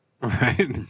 Right